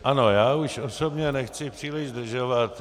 Ano, už osobně nechci příliš zdržovat.